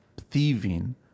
thieving